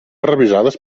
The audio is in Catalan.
revisades